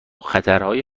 خطرهای